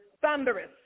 thunderous